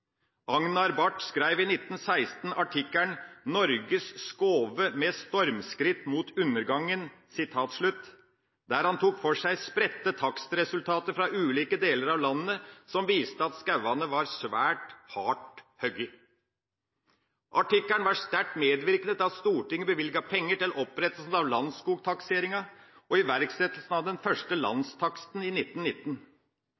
Agnar Barth skrev i 1916 artikkelen «Norges skoger med stormskritt mot undergangen», der han tok for seg spredte takstresultater fra ulike deler av landet som viste at skogene var svært hardt hogd. Artikkelen var sterkt medvirkende til at Stortinget bevilget penger til opprettelsen av Landsskogtakseringen og iverksetting av den første